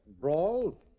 Brawl